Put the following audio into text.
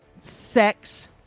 sex